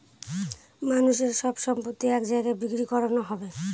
মানুষের সব সম্পত্তি এক জায়গায় বিক্রি করানো হবে